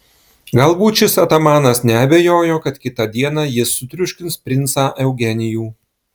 galbūt šis atamanas neabejojo kad kitą dieną jis sutriuškins princą eugenijų